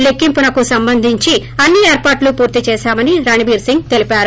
లెక్కింపునకు సంబంధించి అన్ని ఏర్పాట్లు పూర్తి చేశామని రణబీర్ సింగ్ తెలిపారు